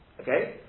Okay